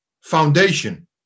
foundation